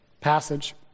passage